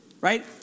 Right